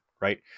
right